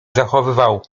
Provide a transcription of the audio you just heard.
zachowywał